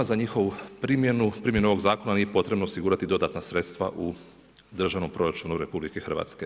Za primjenu ovog zakona nije potrebno osigurati dodatna sredstva u državnom proračunu RH.